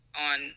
on